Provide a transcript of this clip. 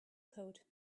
coat